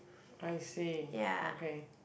I see okay